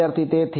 વિદ્યાર્થી તેથી